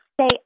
say